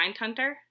Mindhunter